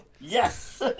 Yes